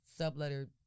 subletter